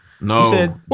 No